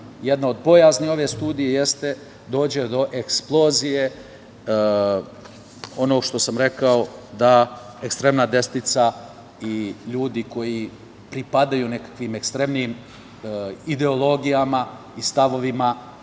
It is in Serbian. jedna od bojazni ove studije jeste dođe do eksplozije onog što sam rekao, da ekstremna desnica i ljudi koji pripadaju nekakvim ekstremnijim ideologijama i stavovima